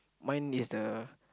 mine is the